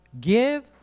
Give